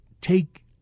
take